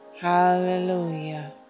Hallelujah